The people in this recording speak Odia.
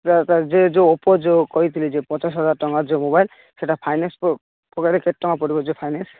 ତା'ର ତା'ର ଯେ ଯୋ ଓପୋ ଯେଉଁ କହିଥିଲି ଯେ ପଚାଶ ହଜାର ଟଙ୍କାର ଯେଉଁ ମୋବାଇଲ ସେଇଟା ଫାଇନାନ୍ସ କେତେ ଟଙ୍କା ପଡ଼ିବ ଯେ ଫାଇନାନ୍ସ